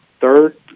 Third